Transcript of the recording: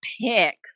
pick